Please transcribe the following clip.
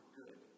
good